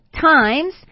times